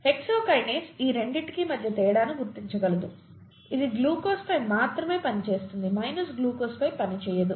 hexokinase ఈ రెండింటి మధ్య తేడాను గుర్తించగలదు ఇది ప్లస్ గ్లూకోజ్పై మాత్రమే పనిచేస్తుంది మైనస్ గ్లూకోజ్పై పనిచేయదు